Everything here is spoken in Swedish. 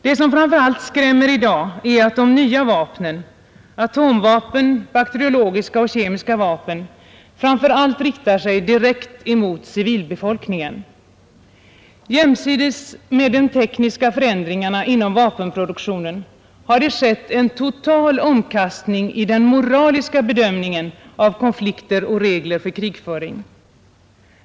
Det som framför allt skrämmer i dag är att de nya vapnen — atomvapen, bakteriologiska och kemiska vapen — främst riktar sig direkt mot civilbefolkningen. Jämsides med de tekniska förändringarna inom vapenproduktionen har det skett en total omkastning i den moraliska bedömningen av konflikter och regler för krigföring.